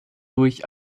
durch